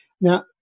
now